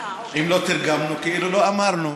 אם לא תרגמנו, כאילו לא אמרנו.